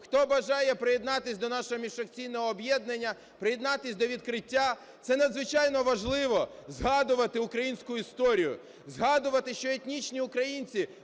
хто бажає приєднатися до нашого міжфракційного об'єднання, приєднатися до відкриття. Це надзвичайно важливо згадувати українську історію, згадувати, що етнічні українці,